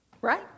Right